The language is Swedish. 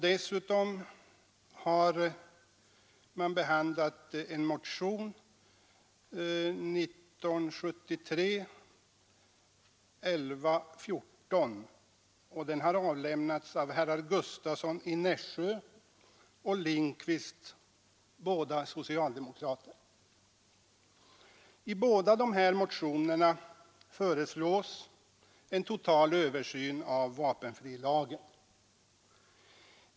Dessutom behandlas motionen 1114, som har avlämnats av herrar Gustavsson i Nässjö och Lindkvist, båda socialdemokrater. I båda motionerna föreslås en total översyn av vapenfrilagen.